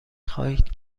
خواهید